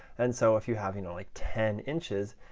and so if you have you know like ten inches,